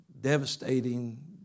devastating